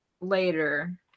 later